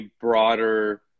broader